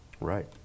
Right